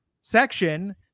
section